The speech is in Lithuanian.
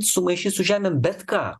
sumaišyt su žemėm bet ką